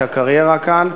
את הקריירה כאן,